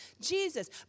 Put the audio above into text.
Jesus